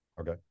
Okay